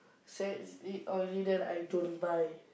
se~ it already I don't buy